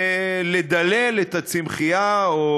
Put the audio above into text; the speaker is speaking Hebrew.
לדלל את הצמחייה או